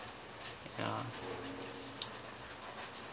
ya